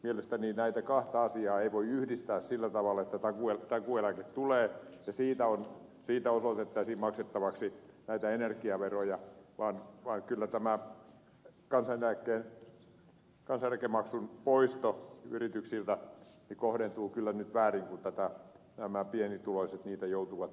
mielestäni näitä kahta asiaa ei voi yhdistää sillä tavalla että takuueläke tulee ja siitä osoitettaisiin maksettavaksi näitä energiaveroja vaan kyllä kansaneläkemaksun poisto yrityksiltä kohdentuu nyt väärin kun pienituloiset joutuvat maksamaan